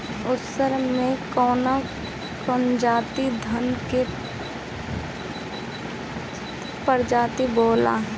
उसर मै कवन कवनि धान के प्रजाति बोआला?